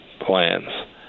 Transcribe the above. plans